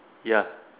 ya